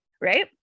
right